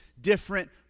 different